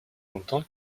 longtemps